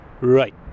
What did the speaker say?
Right